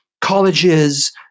colleges